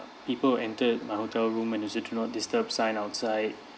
people will entered my hotel room manager do not disturb sign outside